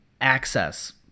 access